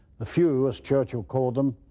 the few, as churchill called them,